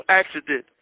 accident